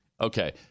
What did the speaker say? Okay